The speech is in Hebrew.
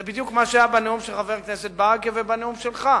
זה בדיוק מה שהיה בנאום של חבר הכנסת ברכה ובנאום שלך.